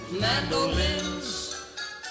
mandolins